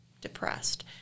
depressed